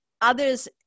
others